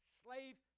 slaves